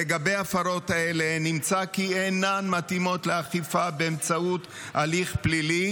לגבי ההפרות האלה נמצא כי אינן מתאימות לאכיפה באמצעות הליך פלילי,